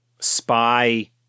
Spy